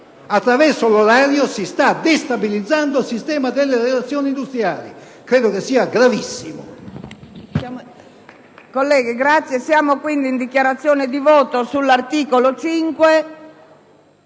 attraverso l'orario si sta destabilizzando - ripeto - il sistema delle relazioni industriali. Credo sia gravissimo!